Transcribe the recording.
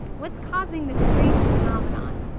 what's causing this strange phenomenon?